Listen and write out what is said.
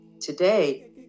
today